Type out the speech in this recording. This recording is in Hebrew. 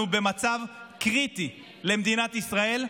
אנחנו במצב קריטי למדינת ישראל,